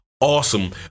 awesome